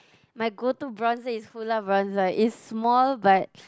my go to bronzer is Hoola bronzer is small but